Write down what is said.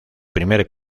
primer